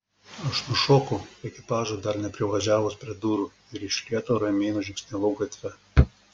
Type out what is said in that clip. aš nušokau ekipažui dar neprivažiavus prie durų ir iš lėto ramiai nužingsniavau gatve